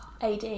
AD